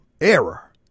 error